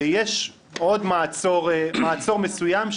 ויש עוד מעצור מסוים,